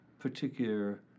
particular